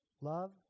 Love